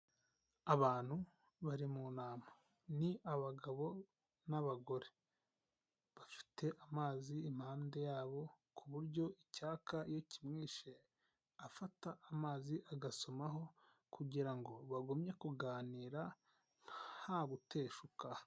Abantu bari mu nama ni abagabo n'abagore, bafite amazi impande yabo ku buryo icyaka iyo kimwishe afata amazi agasomaho kugira ngo bagumye kuganira ntawe uteshuka.